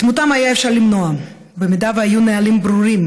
את מותם היה אפשר למנוע אם היו נהלים ברורים